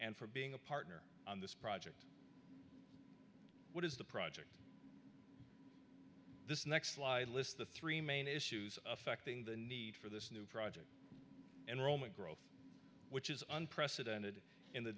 and for being a partner on this project what is the project this next slide list the three main issues affecting the need for this new project enrollment growth which is unprecedented in the